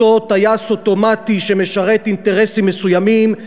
אותו טייס אוטומטי שמשרת אינטרסים מסוימים,